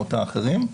הדוגמאות האחרות.